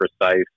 precise